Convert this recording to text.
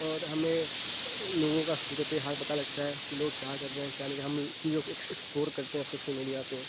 اور ہمیں لوگوں کا صورتِ حال پتا لگتا ہے کہ لوگ کیا کر رہے ہیں کیا نہیں ہم چیزوں کی ایکسپور کرتے ہیں سوشل میڈیا پہ